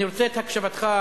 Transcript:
אני רוצה את הקשבתך,